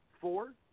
four